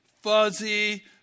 fuzzy